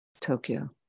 Tokyo